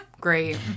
Great